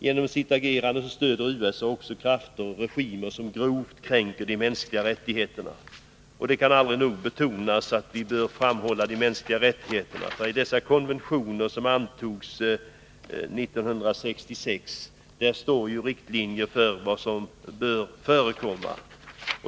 Genom sitt agerande stöder USA också krafter och regimer som grovt kränker de mänskliga rättigheterna. Det kan aldrig nog betonas att vi bör framhålla de mänskliga rättigheterna. I de båda konventioner som antogs 1966 står riktlinjer för vad som bör iakttas.